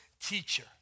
teacher